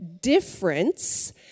difference